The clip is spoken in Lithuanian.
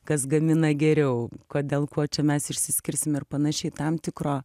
kas gamina geriau kodėl kuo čia mes išsiskirsim ir panašiai tam tikro